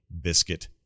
Biscuit